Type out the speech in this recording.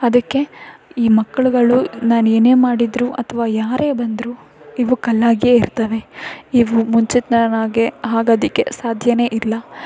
ಅದಕ್ಕೆ ಈ ಮಕ್ಕಳುಗಳು ನಾನು ಏನೇ ಮಾಡಿದರೂ ಅಥವಾ ಯಾರೇ ಬಂದರೂ ಇವು ಕಲ್ಲಾಗೇ ಇರ್ತವೆ ಇವು ಮುಂಚಿತ್ನಾನಾಗೇ ಆಗೋದಿಕ್ಕೆ ಸಾಧ್ಯವೇ ಇಲ್ಲ